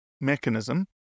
mechanism